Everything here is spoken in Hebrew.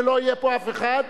ולא יהיה פה אף אחד,